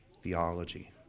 theology